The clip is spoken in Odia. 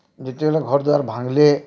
ଯେତେବେଳେ ଘର ଦ୍ଵାରା ଭାଙ୍ଗଲେ